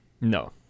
No